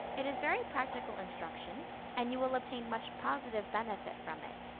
it is very practical instruction and you will obtain much positive benefit from it.